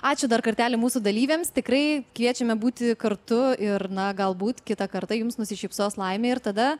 ačiū dar kartelį mūsų dalyviams tikrai kviečiame būti kartu ir na galbūt kitą kartą jums nusišypsos laimė ir tada